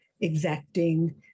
exacting